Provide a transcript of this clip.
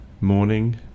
morning